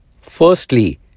Firstly